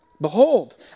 Behold